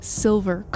silver